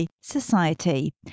Society